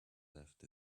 left